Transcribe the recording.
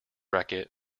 racket